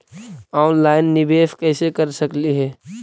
Online निबेस कैसे कर सकली हे?